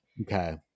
okay